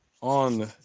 on